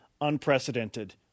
unprecedented